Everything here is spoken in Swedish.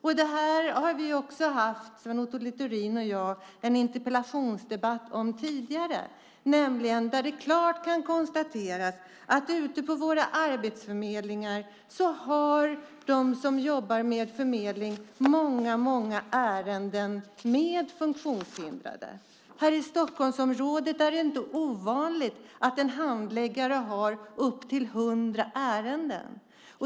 Sven Otto Littorin och jag har fört en interpellationsdebatt om det här tidigare. Det kan klart konstateras att ute på våra arbetsförmedlingar har de som jobbar med förmedling många ärenden med funktionshindrade. Här i Stockholmsområdet är det inte ovanligt att en handläggare har upp till 100 ärenden.